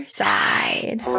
side